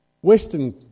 Western